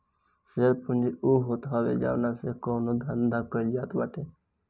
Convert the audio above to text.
share पूंजी उ होत हवे जवना से कवनो धंधा कईल जात बाटे